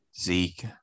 Zeke